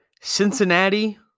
Cincinnati